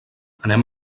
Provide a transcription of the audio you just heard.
anem